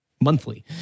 monthly